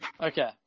Okay